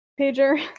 Pager